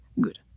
Good